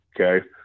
okay